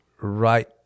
right